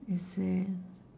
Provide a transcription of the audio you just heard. is it